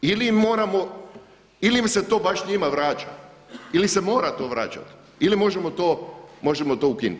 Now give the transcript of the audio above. Ili im moramo, ili m se to baš njima vraća, ili se mora to vraćati, ili možemo to ukinuti?